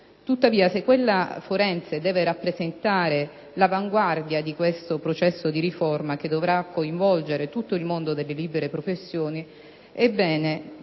Tuttavia, se quella forense deve rappresentare l'avanguardia di questo processo di riforma che dovrà coinvolgere tutto il mondo delle libere professioni, ebbene,